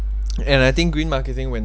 and I think green marketing when